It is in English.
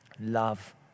Love